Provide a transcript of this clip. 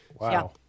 Wow